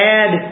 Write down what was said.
add